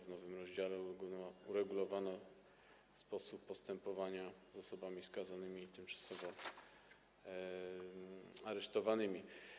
W nowym rozdziale uregulowano sposób postępowania z osobami skazanymi i tymczasowo aresztowanymi.